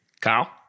Kyle